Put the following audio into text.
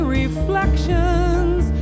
reflections